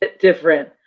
different